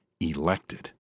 Elected